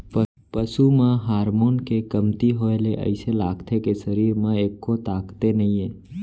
पसू म हारमोन के कमती होए ले अइसे लागथे के सरीर म एक्को ताकते नइये